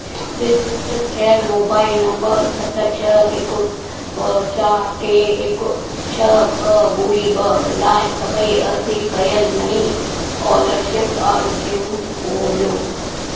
register थियलु mobile number सत छ्ह हिकु ॿ चार टे हिकु छ्ह ॿ ॿुड़ी ॿ लाइ सभई अर्ज़ी कयलु नईं स्कॉलरशिप अर्ज़ियूं ॻोल्हियो